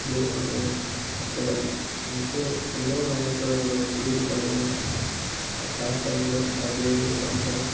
దేవాలయం అక్కడ ఎంతో ఎన్నో సంవత్సరాలుగా కూరిపడిన ఆ ప్రాంతంలో ఆ దేవుడు అక్కడ